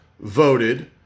voted